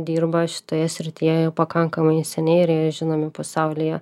dirba šitoje srityje jau pakankamai seniai ir jie žinomi pasaulyje